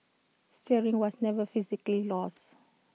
steering was never physically lost